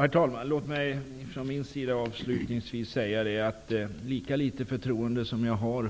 Herr talman! Avslutningsvis vill jag säga följande. Lika väl som jag har litet förtroende